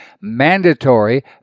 mandatory